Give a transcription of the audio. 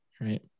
Right